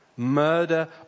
murder